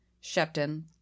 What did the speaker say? Shepton